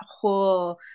whole